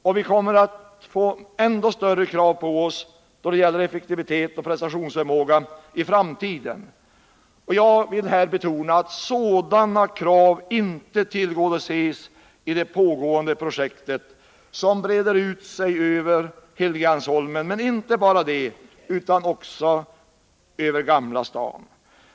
och vi kommer att få ännu större krav på oss då det gäller effektivitet och prestationsförmåga i framtiden. Jag vill här betona att sådana krav inte tillgodoses i det pågående projektet, som breder ut sig över Helgeandsholmen, men inte bara över den utan också över Gamla stan.